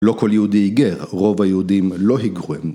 לא כל יהודי היגר, רוב היהודים לא היגרו.